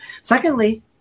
Secondly